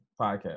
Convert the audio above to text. podcast